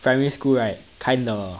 primary school right kinda